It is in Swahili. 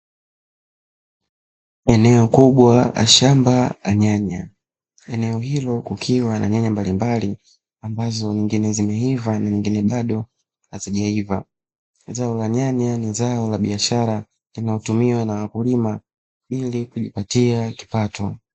Eneo kubwa la shamba la nyanya eneo hilo kukiwa na nyanya mbalimbali, ambazo nyingine zimeiva na nyingine bado hazijaiva. nyanya ni zao la biashara inayotumiwa na wakulima ili kujipatia kipato.